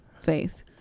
faith